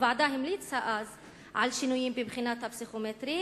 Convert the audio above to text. הוועדה המליצה אז על שינויים בבחינה הפסיכומטרית